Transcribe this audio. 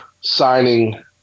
signing